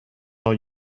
are